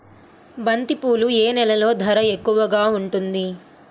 బంతిపూలు ఏ నెలలో ధర ఎక్కువగా ఉంటుంది?